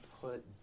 put